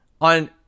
on